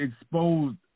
exposed